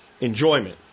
enjoyment